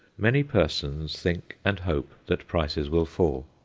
many persons think and hope that prices will fall,